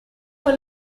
fue